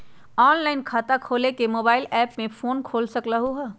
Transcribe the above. Online खाता खोले के मोबाइल ऐप फोन में भी खोल सकलहु ह?